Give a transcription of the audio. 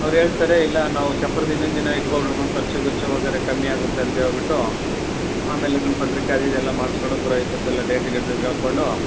ಅವ್ರು ಹೇಳ್ತಾರೆ ಇಲ್ಲ ನಾವು ಚಪ್ರದ ಹಿಂದಿನ ದಿನ ಇಟ್ಕೊಳೋಣು ಖರ್ಚು ಗಿರ್ಚು ವಗೈರೆ ಕಮ್ಮಿ ಆಗುತ್ತೆ ಅಂತ ಹೇಳ್ಬಿಟ್ಟು ಆಮೇಲೆ ಲಗ್ನ ಪತ್ರಿಕೆ ಅದೂ ಇದೂ ಎಲ್ಲ ಮಾಡಿಸ್ಕೊಂಡು ಪುರೋಹಿತ್ರದ್ದೆಲ್ಲ ಡೇಟ್ ಗೀಟ್ ಕೇಳಿಕೊಂಡು